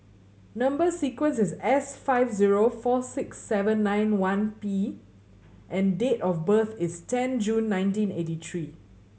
number sequence is S five zero four six seven nine one P and date of birth is ten June nineteen eighty three